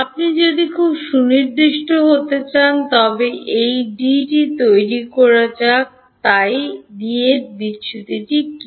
আপনি যদি খুব সুনির্দিষ্ট হতে চান তবে এই D টি তৈরি করা যাক তাই D এর বিচ্যুতি কী